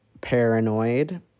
paranoid